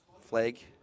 flag